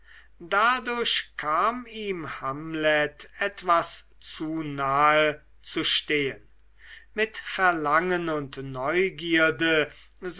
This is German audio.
dadurch kam ihm hamlet etwas zu nahe zu stehen mit verlangen und neugierde